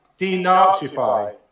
denazify